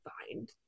find